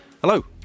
hello